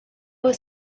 was